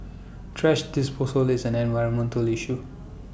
thrash disposal is an environmental issue